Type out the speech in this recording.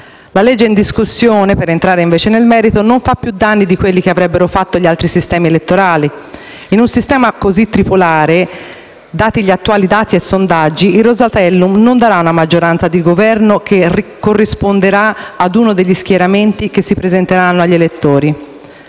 La legge in discussione, per entrare nel merito, non fa più danni di quelli che avrebbero fatto altri sistemi elettorali. In un sistema così tripolare, dati gli attuali dati e sondaggi, il Rosatellum non darà una maggioranza di Governo che corrisponderà a uno degli schieramenti che si presenteranno agli elettori.